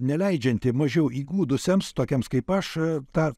neleidžianti mažiau įgudusiems tokiems kaip aš tą